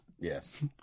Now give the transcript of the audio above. yes